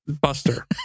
Buster